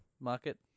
market